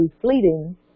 fleeting